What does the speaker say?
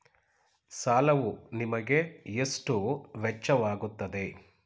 ಸಾಲವು ನಿಮಗೆ ಎಷ್ಟು ವೆಚ್ಚವಾಗುತ್ತದೆ?